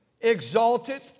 exalted